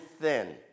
thin